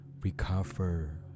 recover